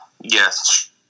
Yes